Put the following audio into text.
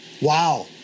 wow